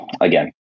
again